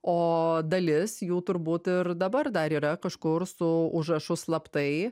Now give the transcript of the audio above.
o dalis jų turbūt ir dabar dar yra kažkur su užrašu slaptai